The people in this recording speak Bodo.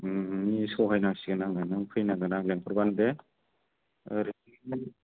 नोंनि सहाय नांसिगोन आंनो नों फैनांगोन आं लिंहरब्लानो दे ओरै